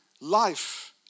life